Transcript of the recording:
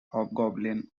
hobgoblin